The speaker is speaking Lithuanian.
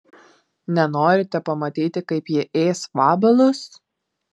nenorite pamatyti kaip jie ės vabalus